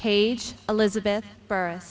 page elizabeth birth